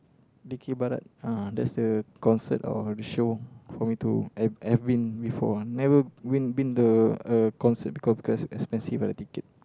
dikir barat uh that's the concert or the show for me to have have been before ah never been been to a concert because because expensive ah the ticket